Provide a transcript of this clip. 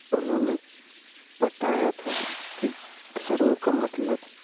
उन्होंने बताया था कि धर्म का मतलब